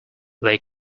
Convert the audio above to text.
they